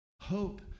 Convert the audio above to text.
Hope